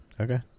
Okay